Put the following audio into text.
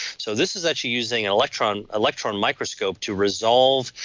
so this is actually using and electron electron microscope to resolve,